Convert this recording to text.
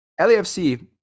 LAFC